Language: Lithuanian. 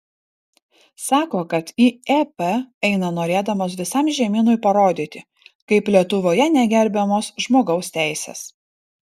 sako kad į ep eina norėdamas visam žemynui parodyti kaip lietuvoje negerbiamos žmogaus teisės